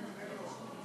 17)